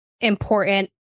important